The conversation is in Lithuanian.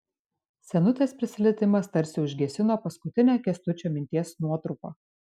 senutės prisilietimas tarsi užgesino paskutinę kęstučio minties nuotrupą